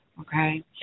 okay